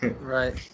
Right